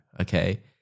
okay